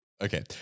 Okay